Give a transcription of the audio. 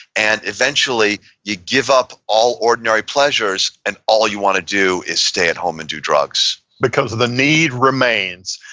and eventually, you give up all ordinary pleasures, and all you want to do is stay home and do drugs because the the need remains.